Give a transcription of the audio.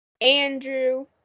Andrew